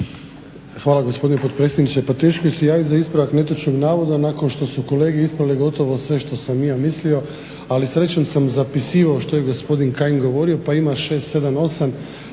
Hvala gospodine potpredsjedniče. Pa teško se javiti za ispravak netočnog navoda nakon što su kolega ispravili gotovo sve što sam i ja mislio ali srećom sam zapisivao što je gospodin Kajin govorio pa ima 6, 7, 8